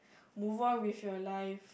move on with your life